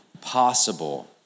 possible